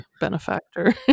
benefactor